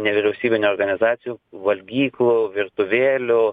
nevyriausybinių organizacijų valgyklų virtuvėlių